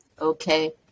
Okay